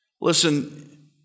Listen